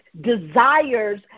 desires